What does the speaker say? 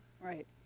Right